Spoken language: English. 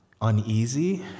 uneasy